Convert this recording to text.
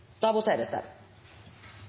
Da er det